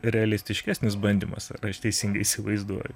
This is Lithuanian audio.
realistiškesnis bandymas ar aš teisingai įsivaizduoju